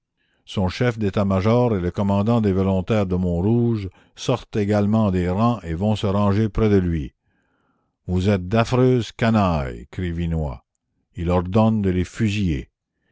son chef d'état-major et le commandant des volontaires de montrouge sortent également des rangs et vont se ranger près de lui vous êtes d'affreuses canailles crie vinoy il ordonne de les fusiller